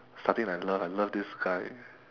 starting I love I love this guy